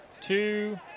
two